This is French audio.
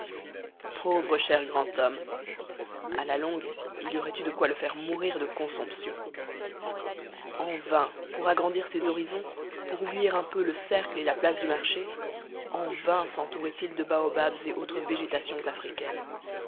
pauvre cher grand homme a la longue il y aurait eu de quoi le faire mourir de consomption en vain pour agrandir ses horizons pour oublier un peu le cercle et la place du marché en vain sentourait il de baobabs et autres végétations africaines